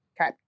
Okay